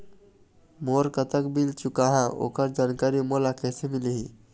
मोर कतक बिल चुकाहां ओकर जानकारी मोला कैसे मिलही?